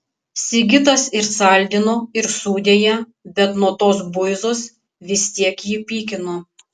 sigitas ir saldino ir sūdė ją bet nuo tos buizos vis tiek jį pykino